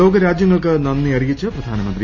ലോകരാജ്യങ്ങൾക്ക് നന്ദി അറിയിച്ച് പ്രധാനമന്ത്രി